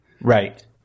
Right